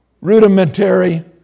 rudimentary